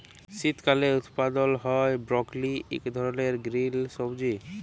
শীতকালে উৎপাদল হ্যয় বরকলি ইক ধরলের গিরিল সবজি